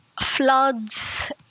floods